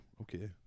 okay